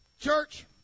church